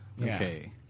Okay